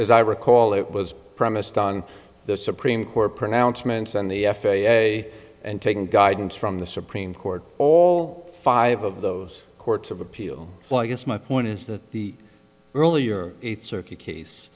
as i recall it was premised on the supreme court pronouncements and the f a a and taking guidance from the supreme court all five of those courts of appeal well i guess my point is that the earlier eighth circuit case